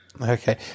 okay